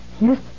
Yes